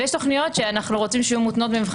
ויש תוכניות שאנחנו רוצים שיהיו מותנות במבחן